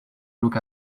look